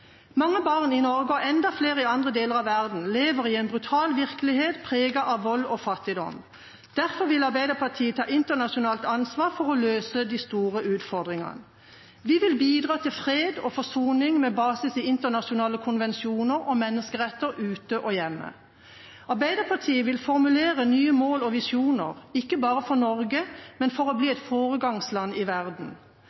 Mange barn i Norge, og enda flere i andre deler av verden, lever i en brutal virkelighet preget av vold og fattigdom. Derfor vil Arbeiderpartiet ta internasjonalt ansvar for å løse de store utfordringene. Vi vil bidra til fred og forsoning, med basis i internasjonale konvensjoner og menneskeretter ute og hjemme. Arbeiderpartiet vil formulere nye mål og visjoner, ikke bare for Norge, men for å bli